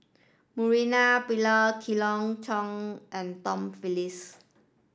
Murali Pillai Khoo Cheng Tiong and Tom Phillips